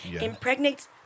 impregnates